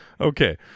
Okay